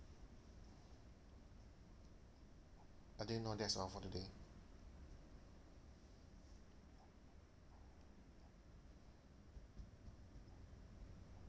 I think no that's all for today